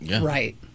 Right